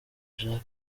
jacques